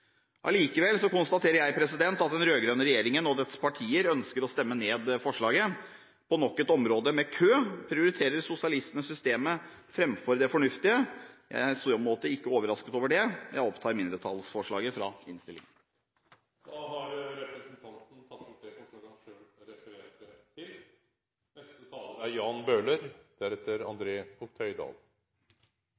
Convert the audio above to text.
Allikevel konstaterer jeg at den rød-grønne regjeringen og dens partier ønsker å stemme ned forslaget. På nok et område med kø prioriterer sosialistene systemet framfor det fornuftige. Jeg er i så måte ikke overrasket over det. Jeg tar opp mindretallsforslaget i innstillingen. Representanten Ulf Leirstein har teke opp det forslaget han refererte til. Det er